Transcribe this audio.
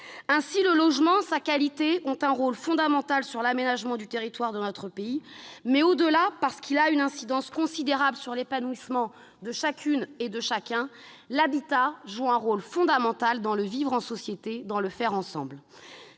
Ainsi, le logement et sa qualité ont un rôle fondamental pour l'aménagement du territoire de notre pays. Au-delà, parce qu'il a une incidence considérable sur l'épanouissement de chacune et de chacun, l'habitat joue un rôle fondamental dans le vivre en société, dans le faire ensemble.